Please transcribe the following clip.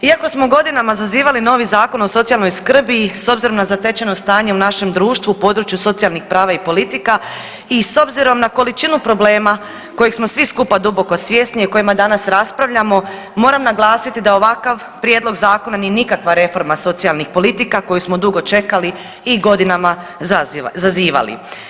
Iako smo godinama zazivali novi Zakon o socijalnoj skrbi s obzirom na zatečeno stanje u našem društvu, području socijalnih prava i politika i s obzirom na količinu problema kojeg smo svi skupa duboko svjesni o kojima danas raspravljamo, moram naglasiti da ovakav prijedlog zakona nije nikakva reforma socijalnih politika koju smo dugo čekali i godinama zazivali.